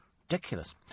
Ridiculous